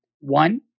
One